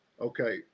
okay